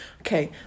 okay